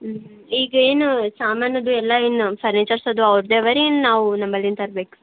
ಹ್ಞೂಂ ಹ್ಞೂಂ ಈಗ ಏನು ಸಾಮಾನದು ಎಲ್ಲ ಏನು ಫರ್ನಿಚರ್ಸ್ ಅದು ಅವ್ರದ್ದೇ ಅವರು ಏನು ನಾವು ನಮ್ಮಲ್ಲಿಂದ್ ತರ್ಬೇಕು